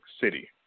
City